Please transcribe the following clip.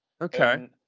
Okay